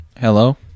Hello